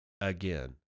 again